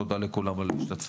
תודה לכולם על ההשתתפות.